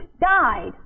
died